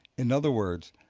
in other words,